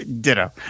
ditto